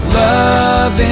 love